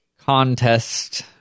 contest